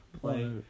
play